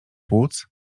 płuc